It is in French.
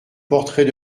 portrait